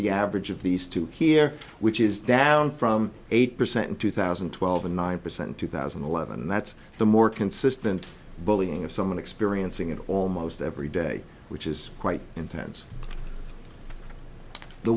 the average of these two here which is down from eight percent in two thousand and twelve and nine percent two thousand and eleven that's the more consistent bullying of someone experiencing it almost every day which is quite intense the